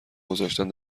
گذاشتن